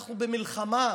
אנחנו במלחמה.